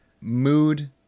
mood